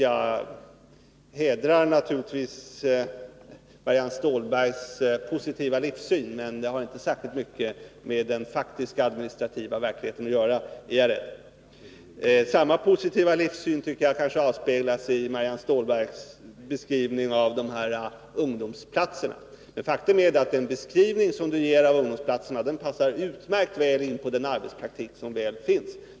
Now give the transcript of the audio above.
Jag tycker naturligtvis att Marianne Stålbergs positiva livssyn hedrar henne, men att hon tror har inte särskilt mycket med den faktiska administrativa verkligheten att göra, är jag rädd. Samma positiva livssyn tycker jag avspeglas i Marianne Stålbergs beskrivning av ungdomsplatserna. Men faktum är att den beskrivning som hon ger av ungdomsplatserna passar utmärkt in på den arbetspraktik som väl finns.